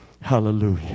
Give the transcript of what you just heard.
hallelujah